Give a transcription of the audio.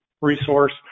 resource